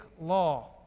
law